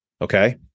Okay